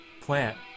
Plant